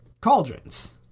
cauldrons